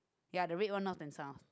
ya the red One North and south